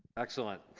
excellent